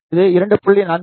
இது 2